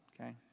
Okay